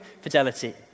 fidelity